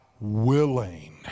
willing